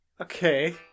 Okay